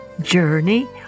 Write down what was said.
Journey